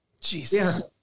Jesus